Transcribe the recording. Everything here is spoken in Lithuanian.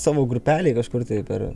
savo grupelėj kažkur tai per